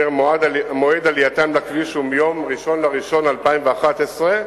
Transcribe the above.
שמועד עלייתם לכביש הוא 1 בינואר 2011,